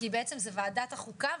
כי בעצם זה וועדת החוקה,